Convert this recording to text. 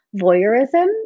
voyeurism